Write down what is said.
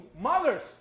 mothers